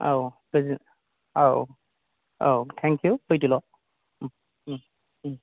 औ गोजोन्थों औ औ थेंकिउ फैदोल'